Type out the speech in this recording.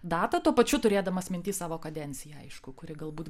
datą tuo pačiu turėdamas minty savo kadenciją aišku kuri galbūt